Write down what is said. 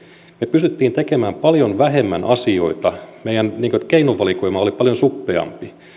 me pystyimme tekemään paljon vähemmän asioita meidän keinovalikoimamme oli paljon suppeampi